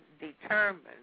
determined